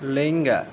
ᱞᱮᱝᱜᱟ